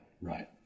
right